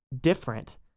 different